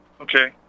Okay